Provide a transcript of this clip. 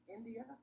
India